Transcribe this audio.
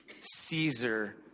Caesar